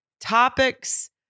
topics